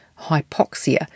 hypoxia